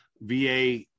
VA